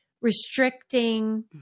restricting